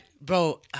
Bro